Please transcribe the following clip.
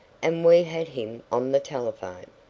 and we had him on the telephone.